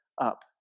up